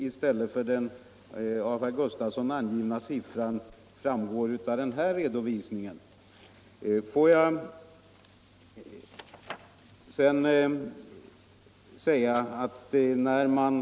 I stället för den av herr Gustafsson angivna siffran skulle detta innebära omkring 60 milj.kr. per år.